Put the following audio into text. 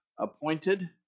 appointed